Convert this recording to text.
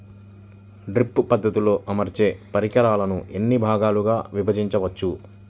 Drip పద్ధతిలో అమర్చే పరికరాలను ఎన్ని భాగాలుగా విభజించవచ్చు?